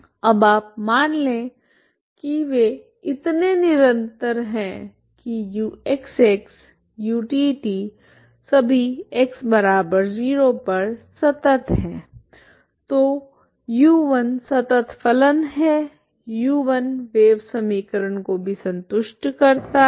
अब आप मान लें कि वे इतने निरंतर है कि uxx utt सभी x0 पर संतत हैं तो u1 संतत फलन है u1 वेव समीकरण को भी संतुष्ट करता है